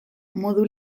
modu